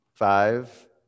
Five